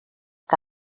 que